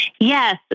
Yes